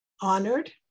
honored